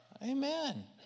Amen